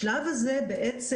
השלב הזה נגמר,